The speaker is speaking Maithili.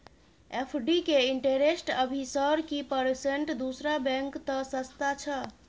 एफ.डी के इंटेरेस्ट अभी सर की परसेंट दूसरा बैंक त सस्ता छः?